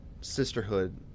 Sisterhood